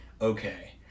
okay